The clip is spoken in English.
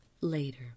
Later